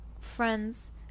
friends